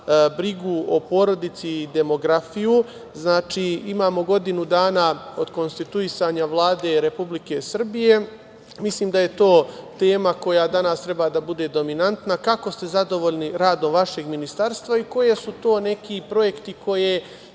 brigu o porodici i demografiju. Znači, imamo godinu dana od konstituisanja Vlade Republike Srbije. Mislim da je to tema koja danas treba da bude dominantna, kako ste zadovoljni radom vašeg ministarstva i koji su to neki projekti koje